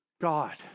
God